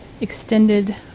extended